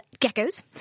geckos